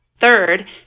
Third